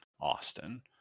Austin